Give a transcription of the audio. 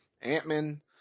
Ant-Man